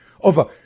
over